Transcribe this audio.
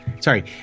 Sorry